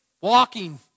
Walking